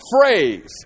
phrase